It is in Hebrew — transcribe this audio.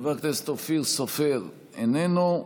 חבר הכנסת אופיר סופר, איננו,